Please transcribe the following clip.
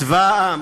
צבא העם